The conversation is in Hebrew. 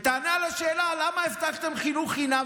ותענה על השאלה למה הבטחתם חינוך חינם.